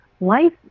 life